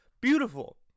beautiful